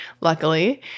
luckily